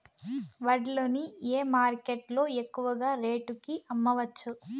వడ్లు ని ఏ మార్కెట్ లో ఎక్కువగా రేటు కి అమ్మవచ్చు?